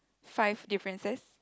five differences